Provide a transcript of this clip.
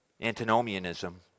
antinomianism